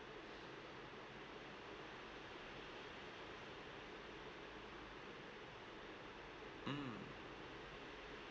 mm